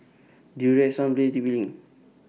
Durex Sunplay T P LINK